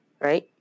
right